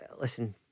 Listen